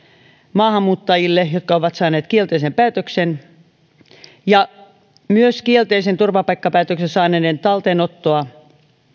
maahanmuuttajille jotka ovat saaneet kielteisen päätöksen ja myös kielteisen turvapaikkapäätöksen saaneiden talteenottoa